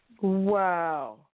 Wow